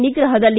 ನಿಗ್ರಹದಲ್ಲಿ